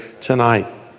tonight